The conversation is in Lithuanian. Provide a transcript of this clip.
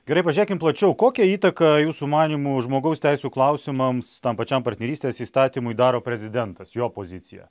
gerai pažiūrėkim plačiau kokią įtaką jūsų manymu žmogaus teisių klausimams tam pačiam partnerystės įstatymui daro prezidentas jo pozicija